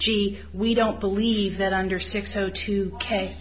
gee we don't believe that under six o two k